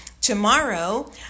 Tomorrow